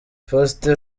faustin